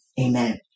amen